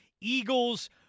Eagles